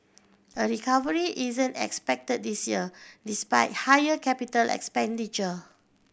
a recovery isn't expected this year despite higher capital expenditure